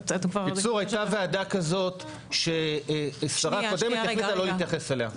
הייתה ועדה כזאת שהשרה הקודמת החליטה לא להתייחס אליה.